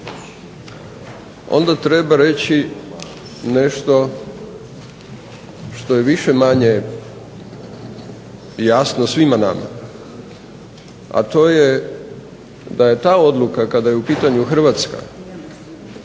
onda treba reći nešto što je više-manje jasno svima nama, a to je da je ta odluka kada je u pitanju Hrvatska